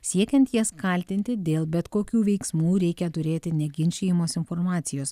siekiant jas kaltinti dėl bet kokių veiksmų reikia turėti neginčijamos informacijos